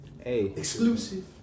exclusive